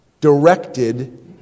directed